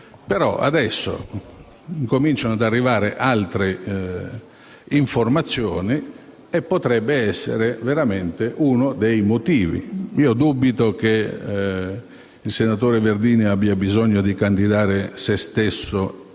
però adesso incominciano ad arrivare altre informazioni, e questo potrebbe essere uno dei motivi. Dubito che il senatore Verdini abbia bisogno di candidare se stesso